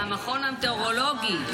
המכון המטאורולוגי.